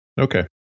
Okay